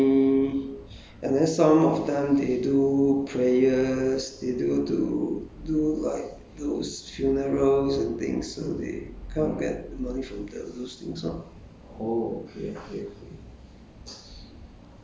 uh like people will give money and then some of them they do prayers they do to do like those funerals and things they come get money from those things lor